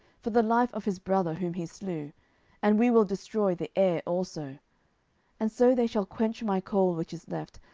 for the life of his brother whom he slew and we will destroy the heir also and so they shall quench my coal which is left,